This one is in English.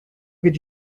could